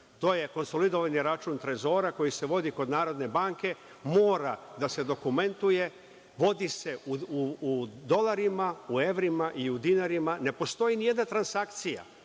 to je konsolidovanje računa Trezora koji se vodi kod Narodne banke. Mora da se dokumentuje, vodi se u dolarima, u evrima i u dinarima. Ne postoji ni jedna transakcija,